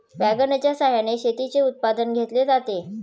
वॅगनच्या सहाय्याने शेतीचे उत्पादन घेतले जाते